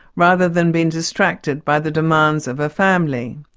rather than being distracted by the demands of a family.